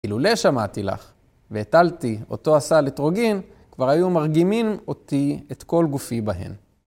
אילולא שמעתי לך והטלתי אותו הסל אתרוגים, כבר היו מרגימים אותי את כל גופי בהן.